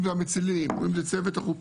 אם זה המצילים, אם זה צוות החופים.